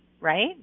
right